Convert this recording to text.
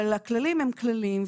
אבל הכללים הם כללים,